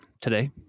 today